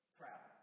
proud